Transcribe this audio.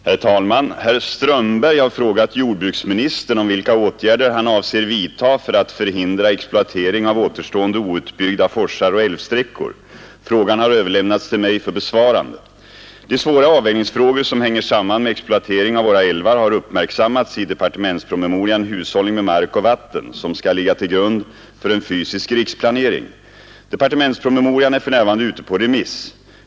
Herr talman! Herr Strömberg har frågat jordbruksministern vilka åtgärder han avser vidta för att förhindra exploatering av återstående Frågan har överlämnats till mig för besvarande. De svåra avvägningsfrågor som hänger samman med exploatering av våra älvar har uppmärksammats i departementspromemorian ”Hushållning med mark och vatten”, som skall ligga till grund för en fysisk riksplanering. Departementspromemorian är för närvarande ute på remiss.